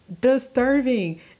Disturbing